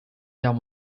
guerre